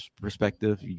perspective